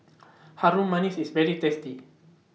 Harum Manis IS very tasty